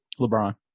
LeBron